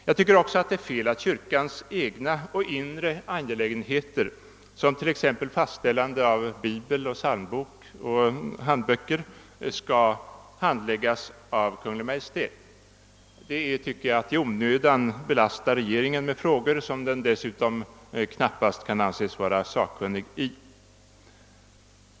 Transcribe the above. Det är också enligt min mening fel att kyrkans egna och inre angelägenheter, t.ex. fastställande av bibel, psalmbok och andra handböcker skall handläggas av Kungl. Maj:t. Det tycker jag är att i onödan belasta regeringen med frågor som den dessutom knappast kan anses vara sakkunnig i.